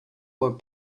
were